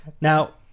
now